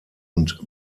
und